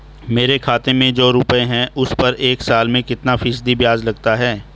मेरे खाते में जो रुपये हैं उस पर एक साल में कितना फ़ीसदी ब्याज लगता है?